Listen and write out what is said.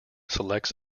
selects